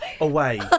away